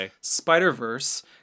spider-verse